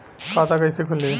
खाता कइसे खुली?